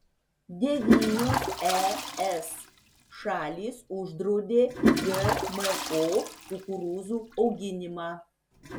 devynios es šalys uždraudė gmo kukurūzų auginimą